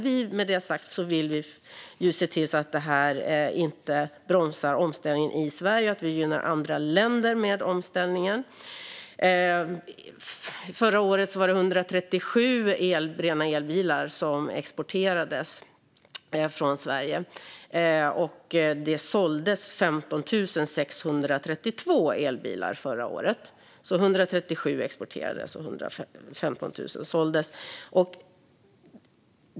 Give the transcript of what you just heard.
Vi vill se till att det här inte bromsar omställningen i Sverige och att vi genom det i stället gynnar andra länder med omställningen. Förra året var det 137 rena elbilar som exporterades från Sverige, och det såldes 15 632 elbilar förra året. 137 exporterades alltså och över 15 000 såldes.